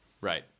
right